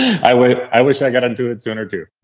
i wish i wish i got into it sooner too.